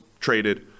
traded